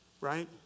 Right